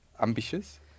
ambitious